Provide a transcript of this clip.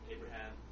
Abraham